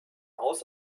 aus